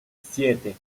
siete